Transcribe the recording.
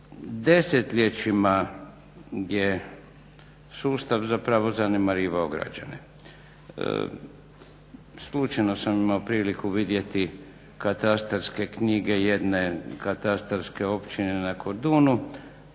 Desetljećima je sustav zapravo zanemarivao građane. Slučajno sam imao priliku vidjeti katastarske knjige jedne katastarske općine na Kordunu.